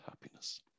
happiness